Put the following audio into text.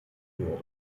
wurde